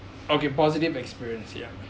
okay positive experience ya